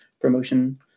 promotion